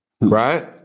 Right